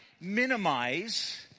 minimize